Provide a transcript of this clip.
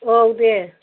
औ दे